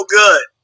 good